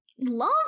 love